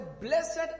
Blessed